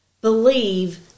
believe